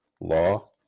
law